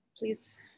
Please